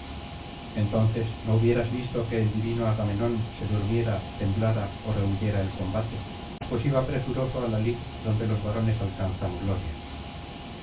entonces no hubieras visto que el divino agamenón se durmiera temblara ó rehuyera el combate pues iba presuroso á la lid donde los varones alcanzan gloria